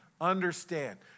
understand